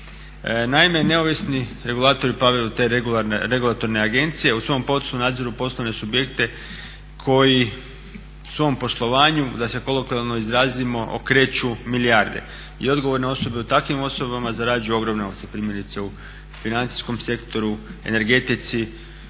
Naime, neovisni regulatori … regulatorne agencije u svom poslu nadziru poslovne subjekte koji u svom poslovanju da se kolokvijalno izrazimo okreću milijarde i odgovorna osoba u takvim osobama zarađuje ogromne novce primjerice u financijskom sektoru, energetici,